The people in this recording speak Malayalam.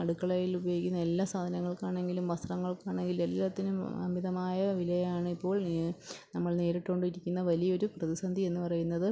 അടുക്കളയിൽ ഉപയോഗിക്കുന്ന എല്ലാ സാധനങ്ങൾക്കാണെങ്കിലും വസ്ത്രങ്ങൾക്കാണെങ്കിലും എല്ലാറ്റിനും അമിതമായ വിലയാണിപ്പോൾ ഈ നമ്മൾ നേരിട്ടു കൊണ്ടിരിക്കുന്ന വലിയൊരു പ്രതിസന്ധി എന്നു പറയുന്നത്